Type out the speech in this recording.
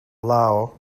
lao